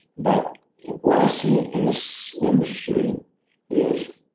but what i see in this industry is